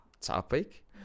topic